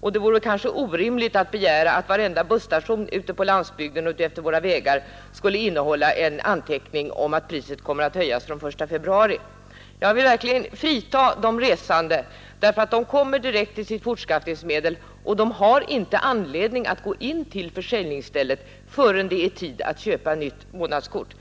och det vore kanske orimligt att begära att det på varenda busstation utefter våra vägar på landsbygden skulle finnas en anteckning om att priset kommer att höjas från den 1 februari. — Jag vill verkligen frita de resande, därför att de kommer direkt till sitt fortskaffningsmedel och de har inte anledning att gå in på försäljningsstället förrän det är tid att köpa 21 nytt månadskort.